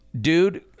dude